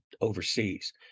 overseas